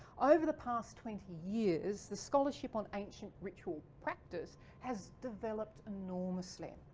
over the past twenty years the scholarship on ancient ritual practice has developed enormous ly.